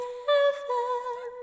heaven